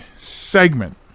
segment